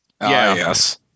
yes